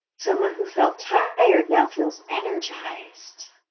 someone who felt tired, now feels energized.